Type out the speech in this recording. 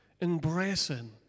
embracing